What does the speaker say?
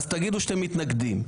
תגידו שאתם מתנגדים.